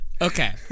Okay